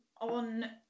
on